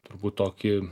turbūt tokį